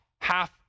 half